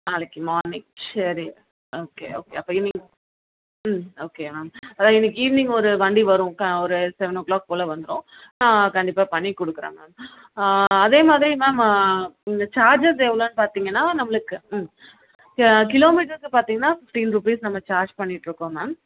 நாளைக்கு மார்னிங் சரி okay okay அப்போ ஈவினிங் ம் ஓகே மேம் அதான் இன்னைக்கு ஈவினிங் ஒரு வண்டி வரும் ஒரு செவன் ஓ க்ளாக் போல் வந்துரும் நான் கண்டிப்பாக பண்ணிக் கொடுக்குறேன் மேம் அதேமாதிரி மேம் இந்த சார்ஜஸ் எவ்வளோன்னு பார்த்தீங்கன்னா நம்மளுக்கு ம் கிலோமீட்டருக்கு பார்த்தீங்கன்னா ஃபிஃப்ட்டீன் ரூப்பிஸ் நம்ம சார்ஜ் பண்ணிட்டுருக்கோம் மேம்